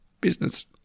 business